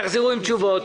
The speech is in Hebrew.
תחזרו עם תשובות.